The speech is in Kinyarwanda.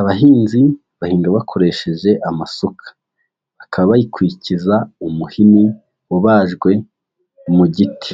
Abahinzi bahinga bakoresheje amasuka. Bakaba bayikwikiza umuhini ubajwe mu giti.